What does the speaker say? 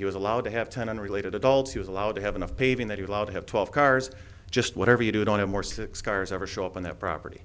he was allowed to have ten and related adults he was allowed to have enough paving that he allowed to have twelve cars just whatever you do it on him or six cars ever show up on that property